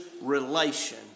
relation